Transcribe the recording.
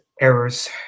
errors